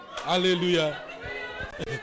Hallelujah